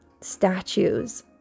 statues